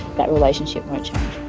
that relationship won't change.